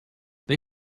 they